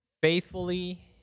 faithfully